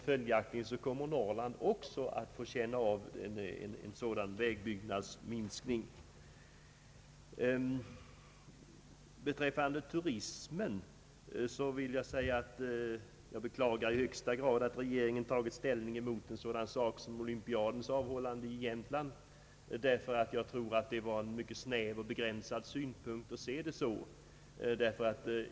Följaktligen kommer också Norrland att få känna av en minskning i fråga om vägbyggnader. När det gäller turismen vill jag i högsta grad beklaga att regeringen har tagit ställning emot en sådan sak som en vinterolympiad i Jämtland. Jag anser att det var ett mycket snävt synsätt när regeringen sade nej i det här fallet.